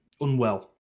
unwell